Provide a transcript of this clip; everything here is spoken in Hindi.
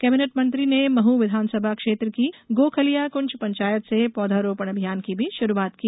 कैबिनेट मंत्री ने महू विधानसभा क्षेत्र की गोखलिया कुंच पंचायत से पौधरोपण अभियान की भी षुरुआत की